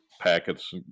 packets